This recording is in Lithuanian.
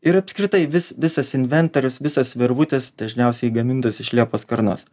ir apskritai vis visas inventorius visos virvutės dažniausiai gamintos iš liepos karnos